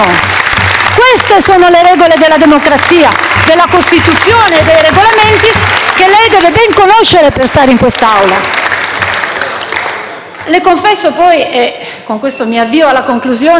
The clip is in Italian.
Queste sono le regole della democrazia, della Costituzione e dei Regolamenti, che lei deve ben conoscere per stare in quest'Aula. Le confesso poi - con questo mi avvio alla conclusione